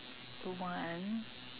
to one